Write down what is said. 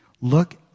Look